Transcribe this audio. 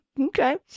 Okay